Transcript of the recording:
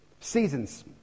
Seasons